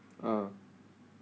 ah